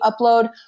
upload